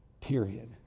period